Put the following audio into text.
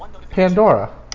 Pandora